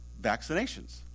vaccinations